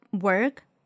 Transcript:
work